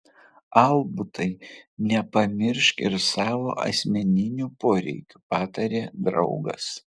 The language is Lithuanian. albutai nepamiršk ir savo asmeninių poreikių patarė draugas